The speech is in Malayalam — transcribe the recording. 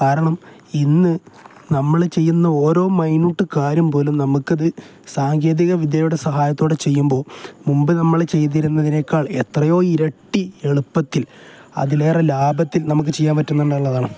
കാരണം ഇന്ന് നമ്മൾ ചെയ്യുന്ന ഓരോ മൈനോട്ട് കാര്യം പോലും നമുക്ക് അത് സാങ്കേതിക വിദ്യയുടെ സഹായത്തോടെ ചെയ്യുമ്പോൾ മുമ്പ് നമ്മൾ ചെയ്തിരുന്നതിനേക്കാൾ എത്രയോ ഇരട്ടി എളുപ്പത്തിൽ അതിലേറെ ലാഭത്തിൽ നമുക്ക് ചെയ്യാൻ പറ്റുന്നുണ്ട് എന്നുള്ളതാണ്